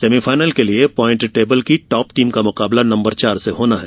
semifinal के लिए point table की टाप टीम का मुकाबला नंबर चार से होना है